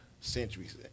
centuries